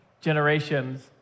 generations